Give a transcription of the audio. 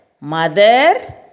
mother